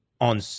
on